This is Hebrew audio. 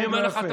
אני אומר לך,